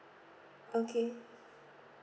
okay